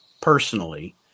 personally